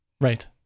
right